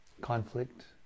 conflict